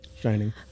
Shining